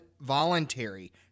voluntary